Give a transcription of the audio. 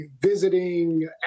visiting